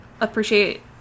appreciate